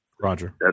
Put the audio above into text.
Roger